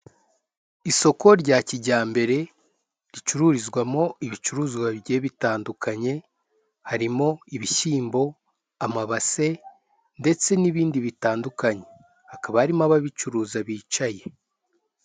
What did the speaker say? Isoko rya kijyambere, ricururizwamo ibicuruzwa bigiye bitandukanye, harimo ibishyimbo, amabase, ndetse n'ibindi bitandukanye, hakaba harimo ababicuruza bicaye.